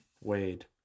Wade